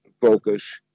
focus